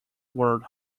world